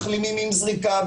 מחלימים עם זריקה,